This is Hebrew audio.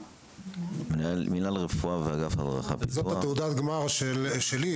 מנהל רפואה ואגף הרווחה --- זאת תעודת הגמר שלי,